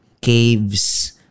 caves